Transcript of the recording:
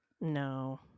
no